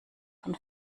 von